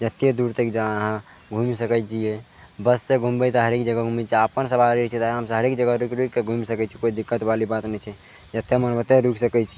जेत्ते दूरतक जे अहाँ घुमि सकय छियै बससँ घुमबय तऽ हरेक जगह घुमबय आओर अपन सवारी छै तऽ आरामसँ हरेक जगह रुकि रुकि कए घुमि सकय छी कोइ दिक्कतवाली बात नहि छै जतय मोन ओतय रुकि सकय छी